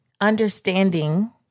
understanding